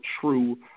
true